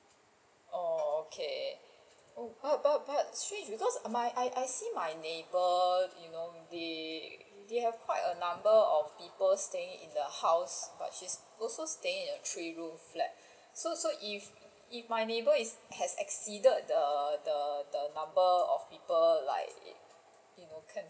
oh okay oh but but but she I I see my neighbour you know they they have quite a number of people staying in the house but she is also staying in a three room flat so so if if my neighbour has exceeded the the the number of people like you know can